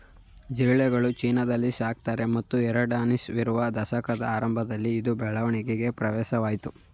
ಜಿರಳೆಗಳನ್ನು ಚೀನಾದಲ್ಲಿ ಸಾಕ್ತಾರೆ ಮತ್ತು ಎರಡ್ಸಾವಿರದ ದಶಕದ ಆರಂಭದಲ್ಲಿ ಇದು ಬೆಳವಣಿಗೆ ಪ್ರದೇಶವಾಯ್ತು